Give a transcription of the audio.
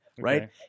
right